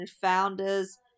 founders